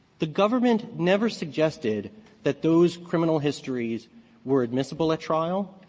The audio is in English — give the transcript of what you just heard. the government never suggested that those criminal histories were admissible at trial.